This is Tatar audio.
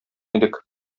идек